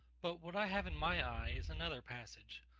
but what i have in my eye is another passage,